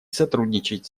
сотрудничать